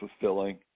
fulfilling